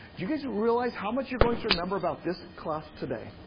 do you guys realize how much you're going to remember about this class today?